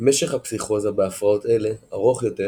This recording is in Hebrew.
משך הפסיכוזה בהפרעות אלה ארוך יותר